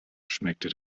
schmeckte